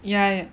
yeah